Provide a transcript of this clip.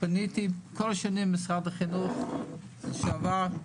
פניתי למשרד החינוך לשעבר,